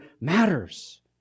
matters